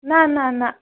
نہَ نہَ نہَ